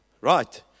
Right